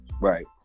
Right